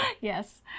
Yes